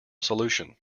solution